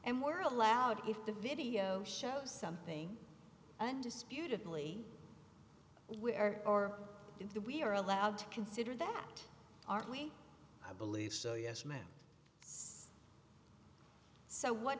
and we're allowed if the video shows something undisputedly where or if the we are allowed to consider that aren't we i believe so yes ma'am so what